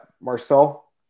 Marcel